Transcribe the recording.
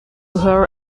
her